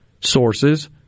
sources